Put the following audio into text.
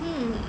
hmm